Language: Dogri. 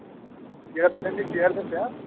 जेह्ड़ा तुसें मी फेयर दस्सेआ